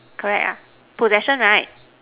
correct ah possession right